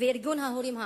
וארגון המורים הארצי.